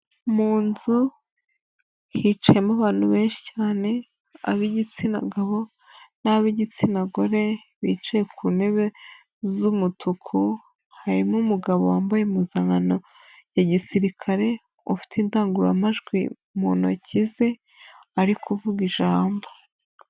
Mu inzu hicayemo abantu benshi cyane ab'igitsina gabo n'ab'igitsina gore bicaye ku ntebe z'umutuku, harimo umugabo wambaye impuzankano ya gisirikare ufite indangururamajwi mu ntoki ze ari kuvuga ijambo.